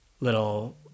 little